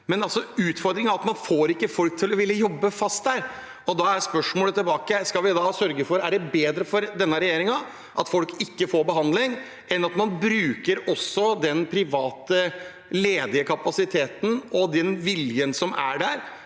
der. Utfordringen er at man ikke får folk til å ville jobbe fast der, og da er spørsmålet tilbake: Er det bedre for denne regjeringen at folk ikke får behandling enn at man bruker også den ledige private kapasiteten og den viljen som er der